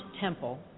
Temple